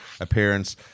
appearance